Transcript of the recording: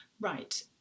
Right